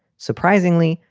surprisingly,